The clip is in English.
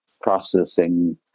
processing